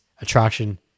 attraction